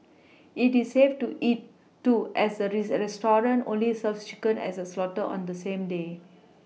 it is safe to eat too as the rest as restaurant only serves chicken is slaughtered on the same day